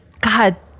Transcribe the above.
god